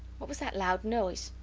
what was that loud noise?